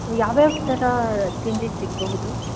ಯಾವ ಯಾವ ಥರ ತಿಂಡಿ ಸಿಗಬಹುದು